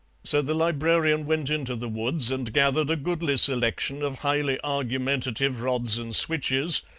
so the librarian went into the woods and gathered a goodly selection of highly argumentative rods and switches,